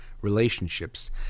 relationships